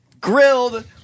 grilled